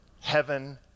heaven